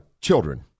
children